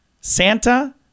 Santa